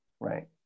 right